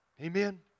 Amen